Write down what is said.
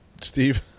Steve